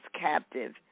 captive